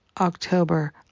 October